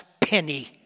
penny